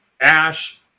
Ash